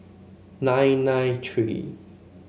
nine nine three